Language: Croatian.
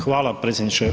Hvala predsjedniče.